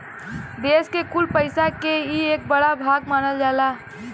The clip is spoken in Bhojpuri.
देस के कुल पइसा के ई एक बड़ा भाग मानल जाला